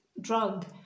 drug